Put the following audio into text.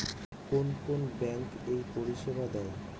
কোন কোন ব্যাঙ্ক এই পরিষেবা দেয়?